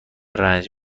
رنج